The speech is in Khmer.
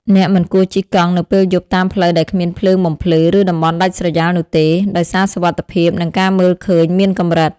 អ្នកមិនគួរជិះកង់នៅពេលយប់តាមផ្លូវដែលគ្មានភ្លើងបំភ្លឺ ឬតំបន់ដាច់ស្រយាលនោះទេ ដោយសារសុវត្ថិភាពនិងការមើលឃើញមានកម្រិត។